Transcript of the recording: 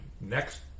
next